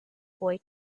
boy